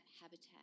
habitat